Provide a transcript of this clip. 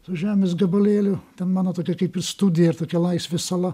su žemės gabalėliu ten mano tokia kaip ir studija ir tokia laisvės sala